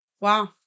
Wow